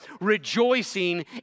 rejoicing